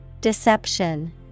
Deception